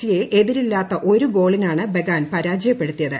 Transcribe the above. C യെ എതിരില്ലാത്ത ഒരു ഗോളിനാണ് ബഗാൻ പരാജയപ്പെടുത്തിയത്